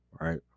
right